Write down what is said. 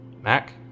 Mac